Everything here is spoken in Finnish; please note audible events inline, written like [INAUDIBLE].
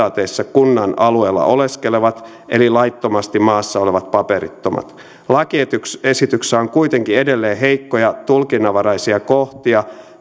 kunnan alueella oleskelevat eli laittomasti maassa olevat paperittomat lakiesityksessä on kuitenkin edelleen heikkoja tulkinnanvaraisia kohtia [UNINTELLIGIBLE]